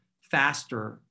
faster